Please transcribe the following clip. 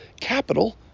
capital